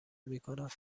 میکنند